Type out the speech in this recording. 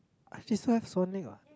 I just saw have [what]